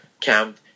camp